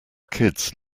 kids